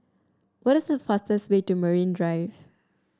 what is the fastest way to Marine Drive